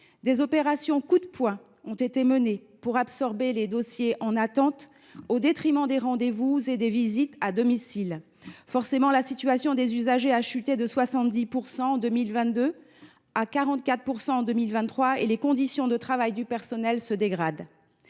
Des opérations « coup de poing » ont été menées pour absorber les dossiers en attente, au détriment des rendez vous et des visites à domicile. Forcément, la satisfaction des usagers a chuté, passant de 70 % en 2022 à 44 % en 2023. En outre, les conditions de travail du personnel se dégradent.